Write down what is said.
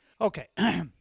okay